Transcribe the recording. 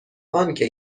آنکه